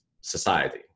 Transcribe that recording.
society